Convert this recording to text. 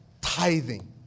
tithing